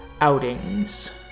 outings